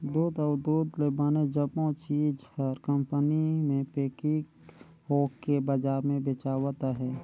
दूद अउ दूद ले बने जम्मो चीज हर कंपनी मे पेकिग होवके बजार मे बेचावत अहे